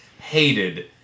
hated